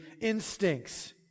instincts